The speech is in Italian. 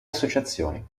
associazioni